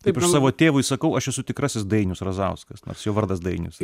taip aš savo tėvui sakau aš esu tikrasis dainius razauskas nors jo vardas dainius